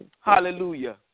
Hallelujah